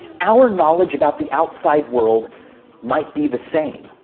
our knowledge about the outside world might be the same.